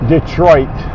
Detroit